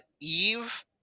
eve